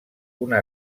una